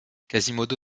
quasimodo